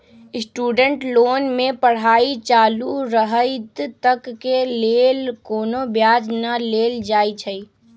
student loan में पढ़ाई चालू रहइत तक के लेल कोनो ब्याज न लेल जाइ छइ